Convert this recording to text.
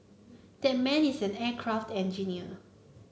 that man is an aircraft engineer